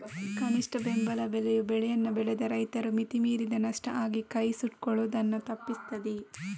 ಕನಿಷ್ಠ ಬೆಂಬಲ ಬೆಲೆಯು ಬೆಳೆಯನ್ನ ಬೆಳೆದ ರೈತರು ಮಿತಿ ಮೀರಿದ ನಷ್ಟ ಆಗಿ ಕೈ ಸುಟ್ಕೊಳ್ಳುದನ್ನ ತಪ್ಪಿಸ್ತದೆ